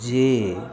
जे